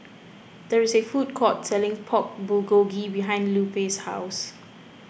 there is a food court selling Pork Bulgogi behind Lupe's house